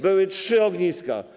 Były trzy ogniska.